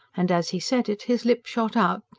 and as he said it his lip shot out,